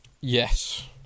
Yes